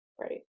Right